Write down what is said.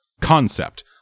concept